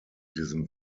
diesem